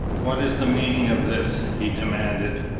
what is the meaning of this? he demanded,